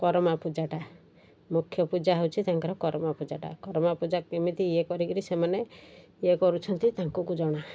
କରମା ପୂଜାଟା ମୁଖ୍ୟ ପୂଜା ହେଉଛି ତାଙ୍କର କରମା ପୂଜାଟା କରମା ପୂଜା କେମିତି ଇଏ କରିକିରି ସେମାନେ ଇଏ କରୁଛନ୍ତି ତାଙ୍କୁକୁ ଜଣା